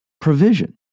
provision